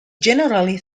generally